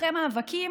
אחרי מאבקים